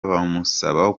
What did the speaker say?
bamusaba